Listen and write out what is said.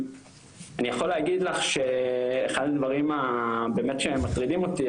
אני יכול להגיד לך שאחד הדברים הבאמת שהם מטרידים אותי,